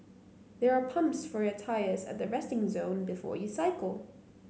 there are pumps for your tyres at the resting zone before you cycle